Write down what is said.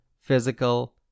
physical